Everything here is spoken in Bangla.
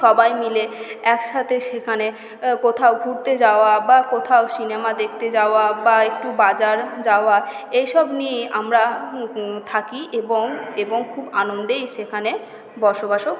সবাই মিলে একসাথে সেখানে কোথাও ঘুরতে যাওয়া বা কোথাও সিনেমা দেখতে যাওয়া বা একটু বাজার যাওয়া এইসব নিয়ে আমরা থাকি এবং এবং খুব আনন্দেই সেখানে বসবাসও